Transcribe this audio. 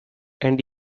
and